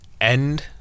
end